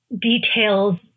details